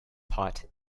pot